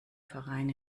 verein